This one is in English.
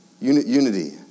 Unity